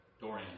Dorian